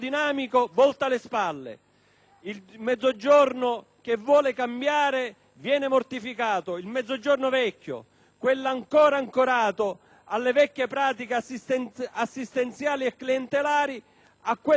Il Mezzogiorno che vuole cambiare viene mortificato. Al Mezzogiorno vecchio, invece, quello ancora ancorato alle vecchie pratiche assistenziali e clientelari, si fa l'occhiolino.